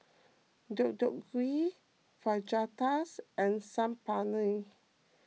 Deodeok Gui Fajitas and Saag Paneer